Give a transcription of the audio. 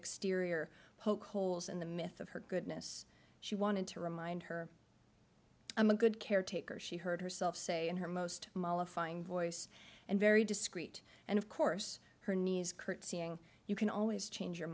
exterior poke holes in the myth of her goodness she wanted to remind her i'm a good caretaker she heard herself say in her most mollifying voice and very discreet and of course her knees curtsying you can always change your